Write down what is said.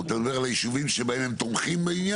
הוא מדבר על היישובים שתומכים בעניין?